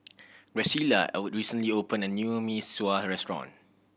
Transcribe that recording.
Graciela O recently opened a new Mee Sua restaurant